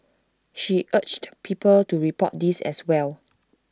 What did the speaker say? she urged people to report these as well